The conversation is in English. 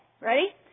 ready